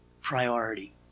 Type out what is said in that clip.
priority